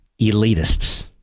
elitists